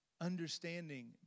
understanding